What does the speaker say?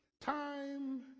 Time